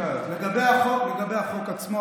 לגבי החוק עצמו,